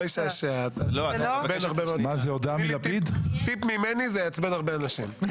טיפ ממני, זה יעצבן הרבה אנשים.